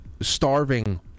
starving